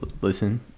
listen